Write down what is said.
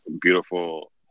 beautiful